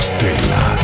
Stella